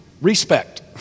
respect